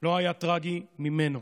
לא היה טרגי ממנו.